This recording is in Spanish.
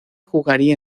jugaría